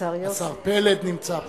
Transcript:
השר פלד נמצא פה.